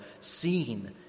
seen